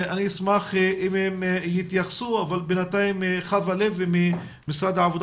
אני אשמח אם הם יתייחסו אבל בינתיים חוה לוי ממשרד העבודה